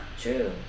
True